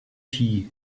tea